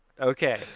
Okay